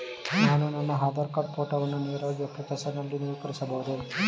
ನಾನು ನನ್ನ ಆಧಾರ್ ಕಾರ್ಡ್ ಫೋಟೋವನ್ನು ನೇರವಾಗಿ ಅಪ್ಲಿಕೇಶನ್ ನಲ್ಲಿ ನವೀಕರಿಸಬಹುದೇ?